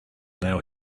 now